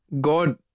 God